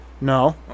No